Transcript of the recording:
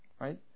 Right